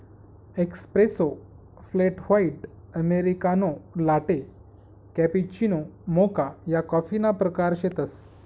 espresso, flat white, americano, latte, cappuccino, mocha या कॉफीना प्रकार शेतसं